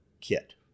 kit